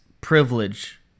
privilege